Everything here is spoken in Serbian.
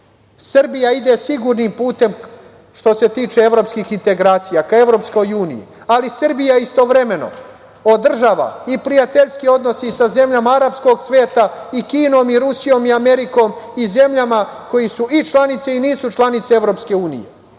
Srbija ide sigurnim putem, što se tiče evropskih integracija ka Evropskoj uniji, ali Srbija istovremeno održava i prijateljske odnose i sa zemljama arapskog sveta i Kinom, i Rusijom i Amerikom i zemljama koje su i članice i nisu članice EU. To pokazuju